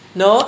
no